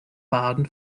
baden